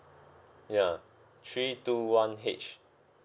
ya three two one H